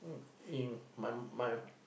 in my my